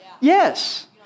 Yes